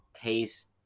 taste